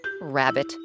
Rabbit